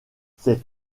ces